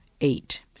eight